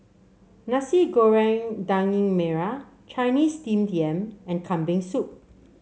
Nasi Goreng Daging Merah Chinese Steamed Yam and Kambing Soup